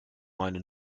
meine